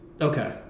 okay